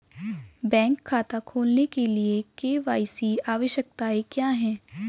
Bank खाता खोलने के लिए के.वाई.सी आवश्यकताएं क्या हैं?